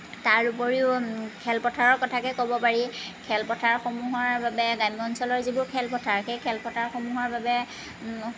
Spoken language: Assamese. তাৰোপৰিও খেলপথাৰৰ কথাকে ক'ব পাৰি খেলপথাৰসমূহৰ বাবে গ্ৰামাঞ্চলৰ যিবোৰ খেলপথাৰ সেই খেলপথাৰসমূহৰ বাবে